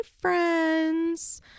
friends